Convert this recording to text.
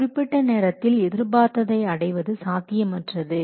குறிப்பிட்ட நேரத்தில் எதிர்பார்த்ததை அடைவது சாத்தியமற்றது